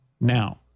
Now